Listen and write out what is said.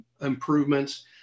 improvements